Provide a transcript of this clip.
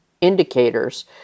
indicators